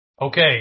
Okay